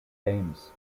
games